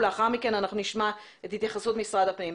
לאחר מכן נשמע התייחסות משרד הפנים.